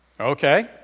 Okay